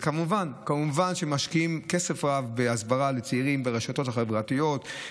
וכמובן שמשקיעים כסף רב בהסברה לצעירים ברשתות החברתיות,